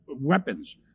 weapons